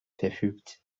verfügt